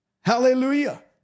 Hallelujah